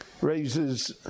raises